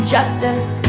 Justice